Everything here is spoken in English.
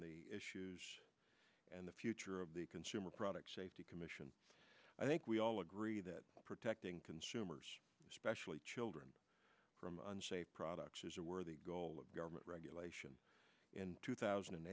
the issues and the future of the consumer product safety commission i think we all agree that protecting consumers specially children from products is a worthy goal government regulation in two thousand and